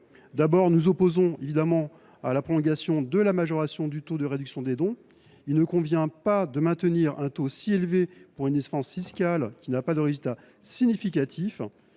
nous nous opposons à la prolongation de la majoration du taux de réduction des dons. Il ne convient pas de maintenir un taux si élevé pour une dispense fiscale qui n’a pas de résultat significatif.